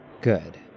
Good